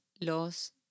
los